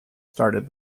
started